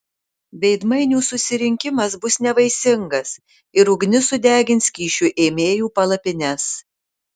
veidmainių susirinkimas bus nevaisingas ir ugnis sudegins kyšių ėmėjų palapines